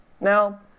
Now